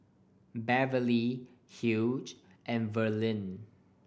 Beverlee Hugh and Verlyn